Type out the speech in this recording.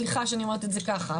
סליחה שאני אומרת את זה ככה,